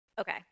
okay